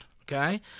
okay